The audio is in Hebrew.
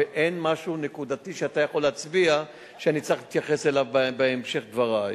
ואין משהו נקודתי שאתה יכול להצביע ואני צריך להתייחס אליו בהמשך דברי.